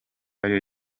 ariyo